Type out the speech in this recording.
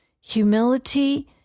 humility